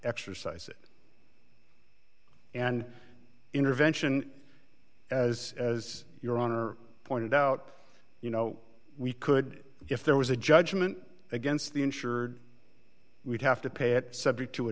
exercise it and intervention as as your honor pointed out you know we could if there was a judgment against the insured we'd have to pay it subject to a